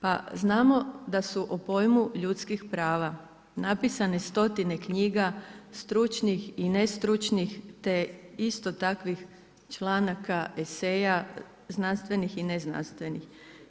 Pa znam da su o pojmu ljudskih prava napisane stotine knjiga stručnih i nestručnih te isto takvih članaka, eseja, znanstvenih i neznanstvenih.